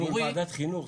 עברנו לוועדת חינוך,